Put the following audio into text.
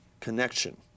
connection